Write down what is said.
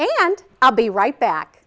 and i'll be right back